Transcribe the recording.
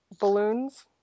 balloons